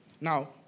now